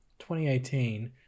2018